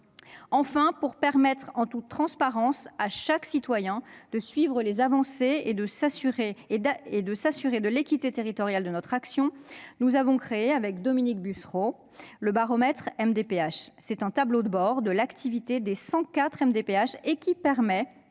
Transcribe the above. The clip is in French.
Enfin, pour permettre en toute transparence à chaque citoyen de suivre les avancées et de s'assurer de l'équité territoriale de notre action, nous avons créé, avec Dominique Bussereau, le baromètre des MDPH. Il s'agit d'un tableau de bord de l'activité des 104 MDPH, qui permet